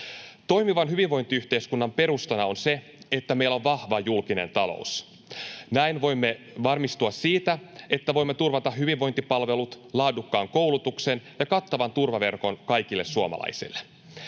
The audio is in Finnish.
Toimivan hyvinvointiyhteiskunnan perustana on se, että meillä on vahva julkinen talous. Näin voimme varmistua siitä, että voimme turvata hyvinvointipalvelut, laadukkaan koulutuksen ja kattavan turvaverkon kaikille suomalaisille.